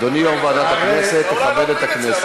יואל, יואל, רק הערה, אני מסכים אתך בעניין של